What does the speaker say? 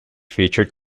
featured